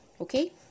Okay